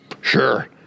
Sure